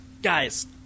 Guys